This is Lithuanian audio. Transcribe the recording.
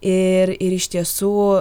ir ir iš tiesų